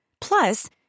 Plus